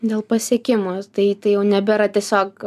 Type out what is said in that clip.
dėl pasiekimų tai tai jau nebėra tiesiog